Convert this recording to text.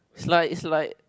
it's like it's like